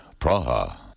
Praha